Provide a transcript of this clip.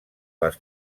les